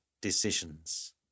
decisions